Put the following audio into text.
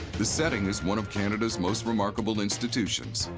the setting is one of canada's most remarkable institutions,